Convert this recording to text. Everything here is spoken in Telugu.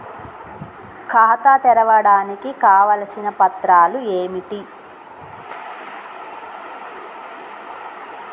ఖాతా తెరవడానికి కావలసిన పత్రాలు ఏమిటి?